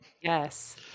Yes